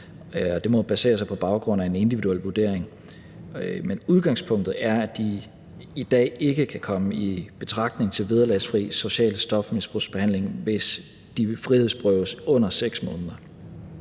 det må ske på baggrund af en individuel vurdering. Men udgangspunktet er, at de i dag ikke kan komme i betragtning til vederlagsfri social stofmisbrugsbehandling, hvis de frihedsberøves under 6 måneder.